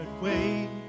wait